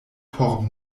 por